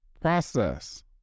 process